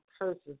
curses